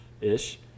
Ish